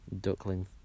duckling